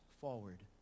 forward